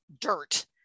dirt